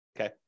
okay